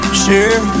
share